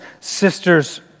sisters